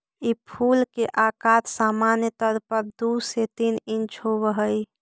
ई फूल के अकार सामान्य तौर पर दु से तीन इंच होब हई